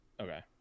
Okay